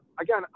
again